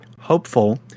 hopeful